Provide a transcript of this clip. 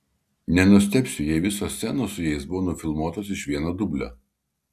nenustebsiu jei visos scenos su jais buvo nufilmuotos iš vieno dublio